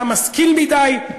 אתה משכיל מדי,